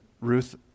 Ruth